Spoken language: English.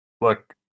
look